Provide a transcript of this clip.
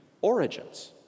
origins